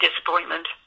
disappointment